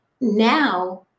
now